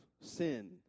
sin